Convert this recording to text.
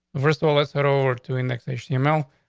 first of all, let's head over to indexation email,